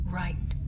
right